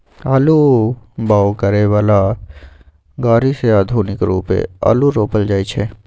आलू बाओ करय बला ग़रि से आधुनिक रुपे आलू रोपल जाइ छै